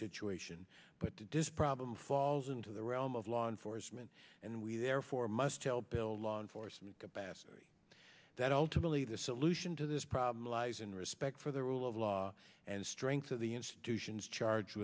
situation but to describe them falls into the realm of law enforcement and we therefore must help build law enforcement capacity that ultimately the solution to this problem lies in respect for the rule of law and strength of the institutions charged